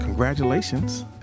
congratulations